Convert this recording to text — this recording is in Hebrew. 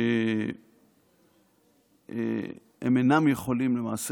כי הם אינם יכולים למעשה,